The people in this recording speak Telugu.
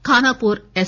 ఖానాపూర్ ఎస్